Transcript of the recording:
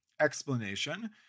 explanation